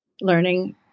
Learning